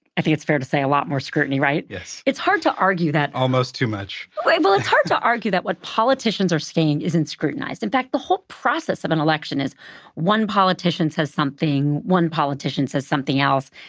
i think it's fair to say, a lot more scrutiny, right? yes. it's hard to argue that. almost too much. well, it's hard to argue that, what politicians are saying isn't scrutinized. in fact, the whole process of an election is one politician says something, one politician says something else,